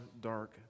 dark